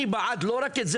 אני בעד לא רק את זה,